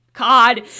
god